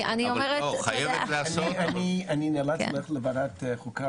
אני אדבר מעט על התהליך ואיך שהוא מבוצע מבחינת לוחות זמנים.